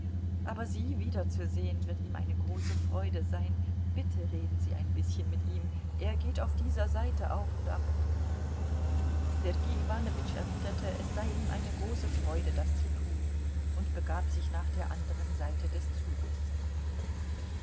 aber sie wiederzusehen wird ihm eine große freude sein bitte reden sie ein bißchen mit ihm er geht auf dieser seite auf und ab sergei iwanowitsch erwiderte es sei ihm eine große freude das zu tun und begab sich nach der anderen seite des zuges